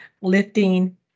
lifting